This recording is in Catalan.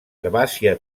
herbàcia